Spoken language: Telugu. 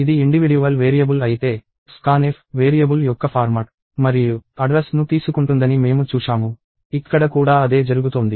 ఇది ఇండివిడ్యువల్ వేరియబుల్ అయితే scanf వేరియబుల్ యొక్క ఫార్మాట్ మరియు అడ్రస్ ను తీసుకుంటుందని మేము చూశాము ఇక్కడ కూడా అదే జరుగుతోంది